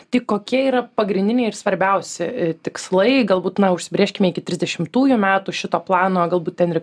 tai kokie yra pagrindiniai ir svarbiausi tikslai galbūt na užsibrėžkime iki trisdešimtųjų metų šito plano galbūt ten ir